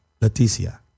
Leticia